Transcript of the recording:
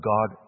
God